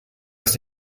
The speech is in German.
das